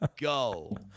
Go